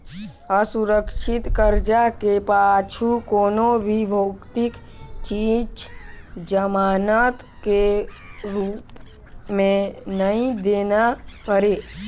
असुरक्छित करजा के पाछू कोनो भी भौतिक चीच जमानत के रूप मे नई देना परे